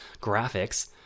graphics